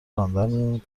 راندن